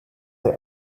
der